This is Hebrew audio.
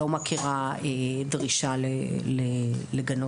אני לא מכירה דרישה לגנות.